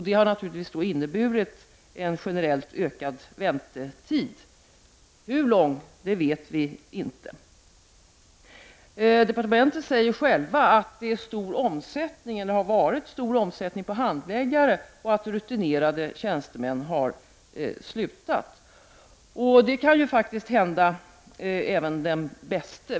Det har naturligtvis inneburit en generellt ökad väntetid. Hur lång vet vi inte. På departementet säger man att det har varit stor omsättning på handläggare och att rutinerade tjänstemän har slutat. Det kan faktiskt hända även den bäste.